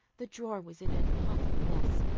the drawer was in an awful mess,